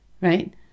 right